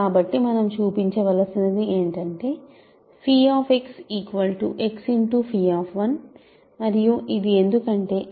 కాబట్టి మనం చూపించవలసింది ఏంటంటే x మరియు ఇది ఎందుకంటే x ను 11 1